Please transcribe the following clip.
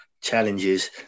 Challenges